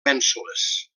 mènsules